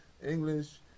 English